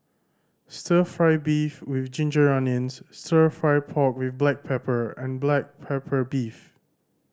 Stir Fry beef with ginger onions Stir Fry pork with black pepper and black pepper beef